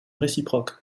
réciproque